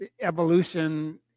evolution